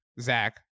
Zach